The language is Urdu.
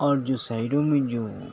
اور جو سائڈوں میں جو